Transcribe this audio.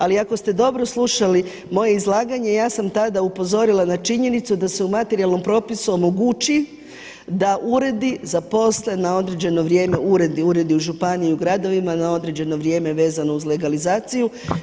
Ali ako ste dobro slušali moje izlaganje ja sam tada upozorila na činjenicu da se u materijalnom propisu omogući da uredi zaposle na određeno vrijeme, uredi u županijama i u gradovima na određeno vrijeme vezano uz legalizaciju.